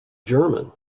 german